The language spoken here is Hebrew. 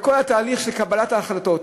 בכל התהליך של קבלת ההחלטות.